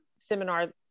seminar